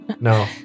No